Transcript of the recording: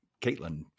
Caitlin